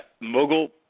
Mogul